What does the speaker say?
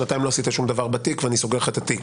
שנתיים לא עשית שום דבר בתיק ואני סוגר לך את התיק,